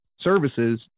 services